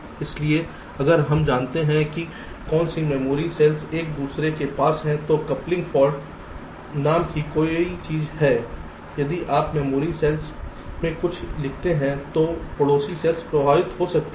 इसलिए अगर हम जानते हैं कि कौन सी मेमोरी सेल्स एक दूसरे के पास हैं तो कपलिंग फाल्ट नाम की कोई चीज है यदि आप मेमोरी सेल में कुछ लिखते हैं तो पड़ोसी सेल्स प्रभावित हो सकती है